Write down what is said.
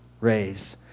raised